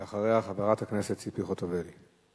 אחריה, חברת הכנסת ציפי חוטובלי.